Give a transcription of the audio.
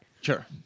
sure